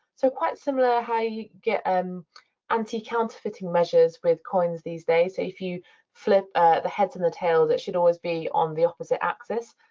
so quite similar how you get um anti-counterfeiting measures with coins these days, so if you flip the heads and the tails, it should always be on the opposite axis.